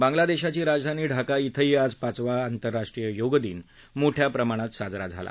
बांगलादधीची राजधानी ढाका क्वेही आज पाचवा आंतरराष्ट्रीय योग दिन मोठया प्रमाणात साजरा झाला